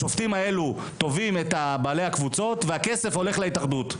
השופטים האלו תובעים את בעלי הקבוצות והכסף הולך להתאחדות.